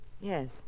Yes